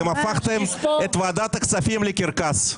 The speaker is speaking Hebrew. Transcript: אתם הפכתם את ועדת הכספים לקרקס.